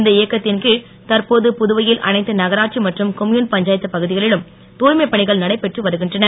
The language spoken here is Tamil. இந்த இயக்கத்தின் கீழ் தற்போது புதுவையில் அனைத்து நகராட்சி மற்றும் கொம்யூன் பஞ்சாயத்துப் பகுதிகளிலும் தூய்மை பணிகள் நடைபெற்று வருகின்றன